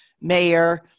mayor